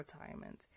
retirement